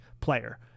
player